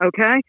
okay